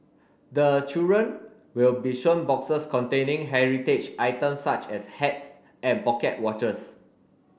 the children will be shown boxes containing heritage items such as hats and pocket watches